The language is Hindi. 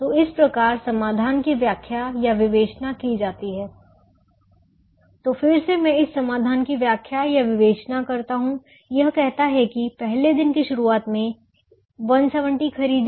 तो इस प्रकार समाधान की व्याख्याविवेचना की जाती है तो फिर से मैं इस समाधान की व्याख्याविवेचना करता हूं यह कहता है कि पहले दिन की शुरुआत में 170 खरीदें